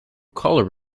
color